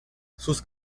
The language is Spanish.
sus